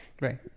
Right